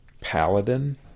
Paladin